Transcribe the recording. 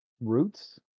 roots